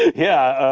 yeah,